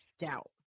stout